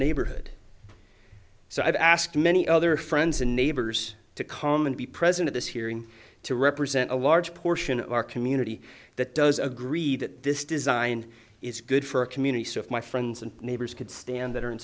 neighborhood so i've asked many other friends and neighbors to come and be present at this hearing to represent a large portion of our community that does agree that this design is good for a community so if my friends and neighbors could stand that are in